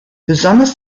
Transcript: besonders